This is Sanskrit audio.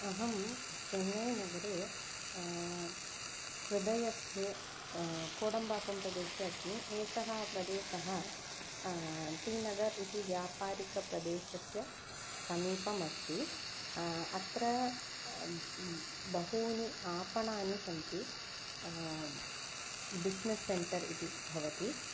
अहं चन्नैनगरे हृदयस्ते कोडम्बाकं प्रदेशे अस्मि एषः प्रदेशः टिनगरम् इति व्यापारिक प्रदेशस्य समीपम् अस्ति अत्र बहुनि आपणानि सन्ति बिस्नेस् सेण्टर् इति भवति